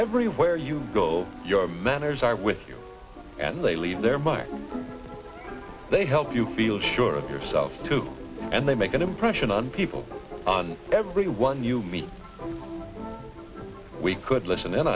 everywhere you go your manners are with you and they leave their mark they help you feel sure of yourself too and they make an impression on people on everyone you meet we could listen in